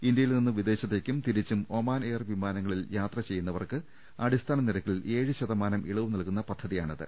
ഇന്ത്യയിൽ നിന്ന് വിദേശത്തേക്കും തിരിച്ചും ഒമാൻ എയർ വിമാനങ്ങളിൽ യാത്ര ചെയ്യുന്നവർക്ക് അടിസ്ഥാന നിരക്കിൽ ഏഴ് ശതമാനം ഇളവ് നൽകുന്ന പദ്ധതിയാണിത്